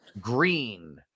Green